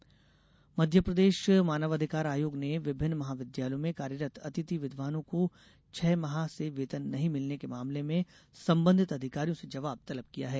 मानव अधिकार आयोग मध्यप्रदेश मानव अधिकार आयोग ने विभिन्न महाविद्यालयों में कार्यरत अतिथि विद्वानों को छह माह से वेतन नही मिलने के मामले में संबंधित अधिकारियों से जवाब तलब किया है